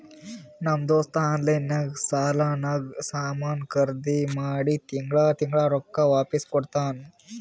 ನಮ್ ದೋಸ್ತ ಆನ್ಲೈನ್ ನಾಗ್ ಸಾಲಾನಾಗ್ ಸಾಮಾನ್ ಖರ್ದಿ ಮಾಡಿ ತಿಂಗಳಾ ತಿಂಗಳಾ ರೊಕ್ಕಾ ವಾಪಿಸ್ ಕೊಡ್ತಾನ್